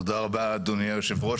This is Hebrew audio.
תודה רבה אדוני יושב הראש.